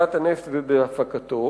את הסיכון הכרוך במציאת הנפט ובהפקתו,